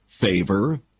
Favor